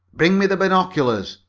bring me the binoculars,